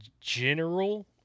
general